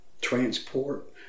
transport